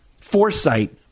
foresight